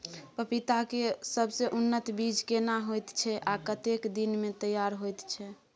पपीता के सबसे उन्नत बीज केना होयत छै, आ कतेक दिन में तैयार होयत छै?